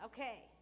Okay